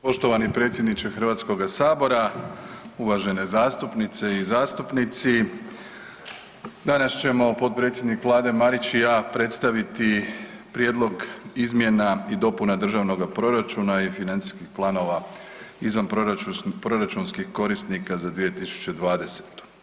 Poštovani predsjedniče Hrvatskoga sabora, uvažene zastupnice i zastupnici danas ćemo potpredsjednik Vlade, Marić i ja predstaviti Prijedlog izmjena i dopuna Državnoga proračuna i financijskih planova izvanproračunskih korisnika za 2020.